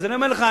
אז אני אומר לך,